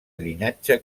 llinatge